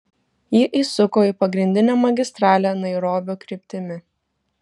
ji įsuko į pagrindinę magistralę nairobio kryptimi